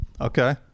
Okay